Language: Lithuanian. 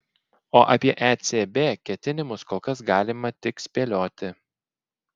o apie ecb ketinimus kol kas galima tik spėlioti